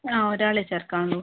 ആ ഒരാളെയേ ചേർക്കാൻ ഉള്ളൂ